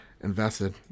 invested